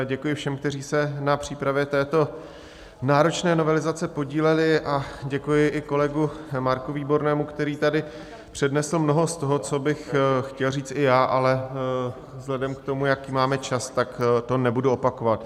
Děkuji všem, kteří se na přípravě této náročné novelizace podíleli, a děkuji i kolegu Marku Výbornému, který tady přednesl mnoho z toho, co bych chtěl říct i já, ale vzhledem k tomu, jaký máme čas, to nebudu opakovat.